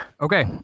Okay